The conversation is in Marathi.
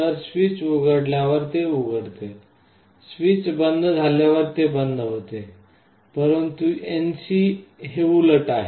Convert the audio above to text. तर स्विच उघडल्यावर ते उघडते स्विच बंद झाल्यावर ते बंद होते परंतु एनसी हे उलट आहे